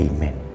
Amen